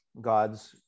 God's